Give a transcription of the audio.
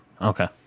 Okay